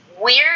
weird